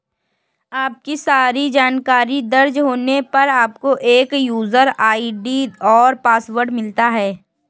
आपकी सारी जानकारी दर्ज होने पर, आपको एक यूजर आई.डी और पासवर्ड मिलता है